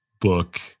book